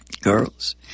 girls